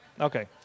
Okay